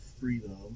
Freedom